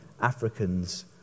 Africans